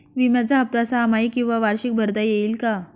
विम्याचा हफ्ता सहामाही किंवा वार्षिक भरता येईल का?